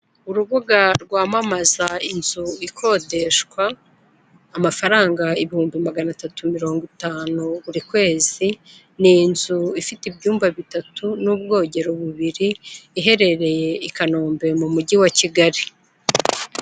Urubuga rwamamaza inzu ikodeshwa, amafaranga ibihumbi magana atatu mirongo itanu buri kwezi, ni inzu ifite ibyumba bitatu n'ubwogero bubiri iherereye i Kanombe mu mujyi wa Kigali.